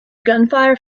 gunfire